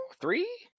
Three